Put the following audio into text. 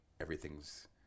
everything's